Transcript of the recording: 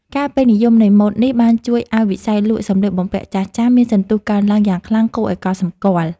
ការពេញនិយមនៃម៉ូដនេះបានជួយឱ្យវិស័យលក់សម្លៀកបំពាក់ចាស់ៗមានសន្ទុះកើនឡើងយ៉ាងខ្លាំងគួរឱ្យកត់សម្គាល់។